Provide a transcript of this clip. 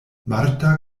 marta